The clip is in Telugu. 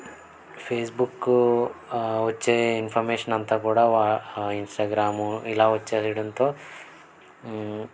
ఫేస్బుక్కు వచ్చే ఇన్ఫర్మేషన్ అంతా కూడా వా ఇన్స్టాగ్రాము ఇలావచ్చేయడంతో